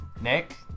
Nick